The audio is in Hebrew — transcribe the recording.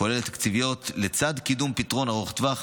כולל תקציביות, לצד קידום פתרון ארוך טווח.